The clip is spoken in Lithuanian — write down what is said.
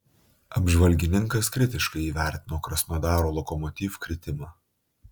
apžvalgininkas kritiškai įvertino krasnodaro lokomotiv kritimą